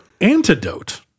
antidote